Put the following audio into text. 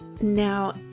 Now